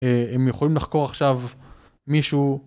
הם יכולים לחקור עכשיו מישהו.